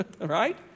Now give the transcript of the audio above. right